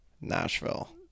Nashville